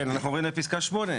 כן, אנחנו עוברים לפסקה (8).